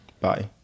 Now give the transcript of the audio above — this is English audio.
Bye